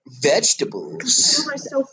vegetables